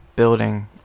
Building